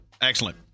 excellent